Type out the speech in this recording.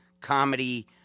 comedy